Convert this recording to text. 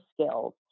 skills